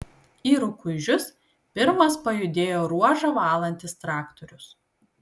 į rukuižius pirmas pajudėjo ruožą valantis traktorius